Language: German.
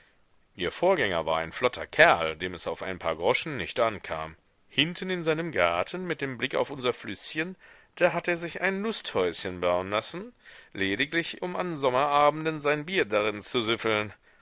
ihr vorgänger war ein flotter kerl dem es auf ein paar groschen nicht ankam hinten in seinem garten mit dem blick auf unser flüßchen da hat er sich ein lusthäuschen bauen lassen lediglich um an sommerabenden sein bier drin zu süffeln